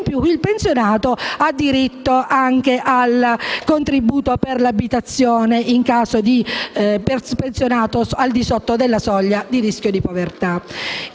in più il pensionato ha anche diritto al contributo per l'abitazione in caso sia al di sotto della soglia di rischio di povertà.